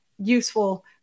useful